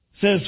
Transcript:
says